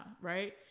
right